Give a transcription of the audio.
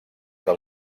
del